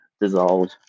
dissolved